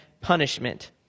punishment